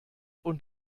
und